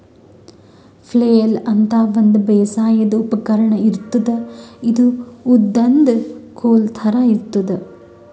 flail ಅಂತಾ ಒಂದ್ ಬೇಸಾಯದ್ ಉಪಕರ್ಣ್ ಇರ್ತದ್ ಇದು ಉದ್ದನ್ದ್ ಕೋಲ್ ಥರಾ ಇರ್ತದ್